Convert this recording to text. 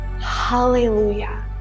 Hallelujah